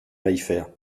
maillefert